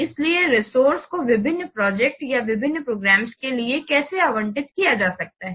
इसलिए रिसोर्स को विभिन्न प्रोजेक्ट या विभिन्न प्रोग्राम्स के लिए कैसे आवंटित किया जा सकता है